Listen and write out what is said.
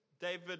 David